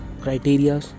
criteria